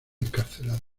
encarcelado